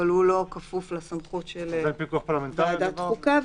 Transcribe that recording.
אבל הוא לא כפוף לסמכות של ועדת החוקה,